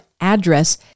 address